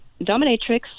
dominatrix